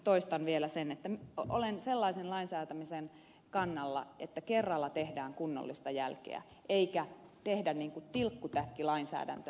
toistan vielä sen että olen sellaisen lainsäätämisen kannalla että kerralla tehdään kunnollista jälkeä eikä tehdä tilkkutäkkilainsäädäntöä